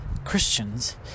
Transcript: Christians